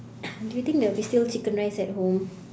do you think there will be still chicken rice at home